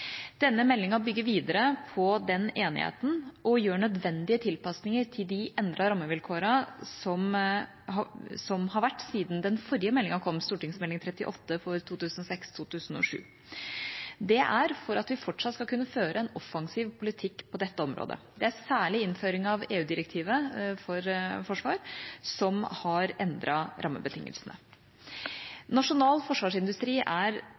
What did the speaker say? Denne meldinga bygger videre på den enigheten og gjør nødvendige tilpasninger til de endrede rammevilkårene som har vært siden den forrige meldinga kom, St.meld. nr. 38 for 2006–2007. Det er for at vi fortsatt skal kunne føre en offensiv politikk på dette området. Det er særlig innføring av EU-direktivet for forsvar som har endret rammebetingelsene. Nasjonal forsvarsindustri er